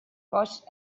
poached